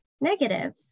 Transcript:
negative